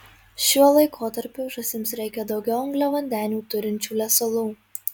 šiuo laikotarpiu žąsims reikia daugiau angliavandenių turinčių lesalų